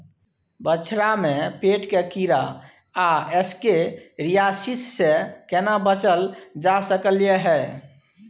बछरा में पेट के कीरा आ एस्केरियासिस से केना बच ल जा सकलय है?